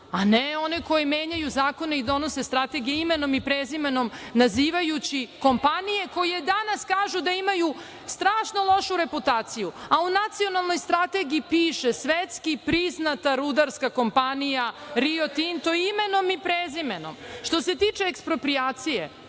a ne one koje menjaju zakone i donose strategije, imenom i prezimenom, nazivajući kompanije koje danas kažu da imaju strašno lošu reputaciju. U Nacionalnoj strategiji piše svetski priznata rudarska kompanija Rio Tinto, imenom i prezimenom. Što se tiče eksproprijacije,